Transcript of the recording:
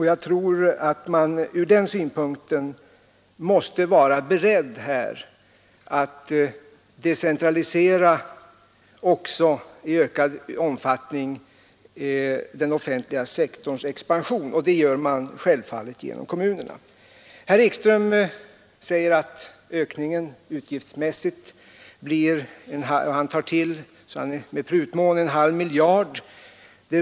Jag tror att man ur den synpunkten måste vara beredd att i ökad omfattning decentralisera också den offentliga sektorns expansion, och det gör man självfallet genom kommunerna. Herr Ekström säger att ökningen utgiftsmässigt blir — och han tar till med prutmån — en halv miljard.